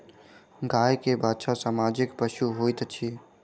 गाय के बाछा सामाजिक पशु होइत अछि